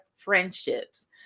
friendships